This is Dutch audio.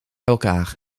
elkaar